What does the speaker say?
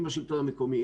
עם השלטון המקומי,